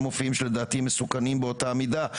מופיעים ושלדעתי מסוכנים באותה מידה,